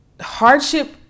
hardship